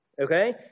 Okay